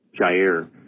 Jair